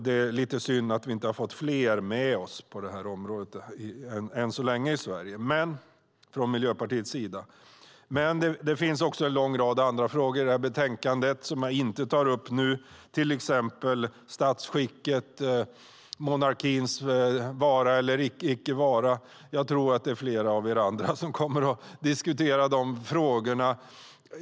Det är synd att vi än så länge inte har fått med oss fler. Det finns en lång rad frågor i betänkandet som jag inte tar upp nu. Det gäller till exempel statsskicket och monarkins vara eller icke vara. Jag tror att flera av er kommer att diskutera de frågorna.